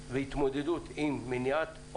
הוועדה מודה לכל מי שהשתתף בדיון.